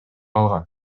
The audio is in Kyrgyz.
алган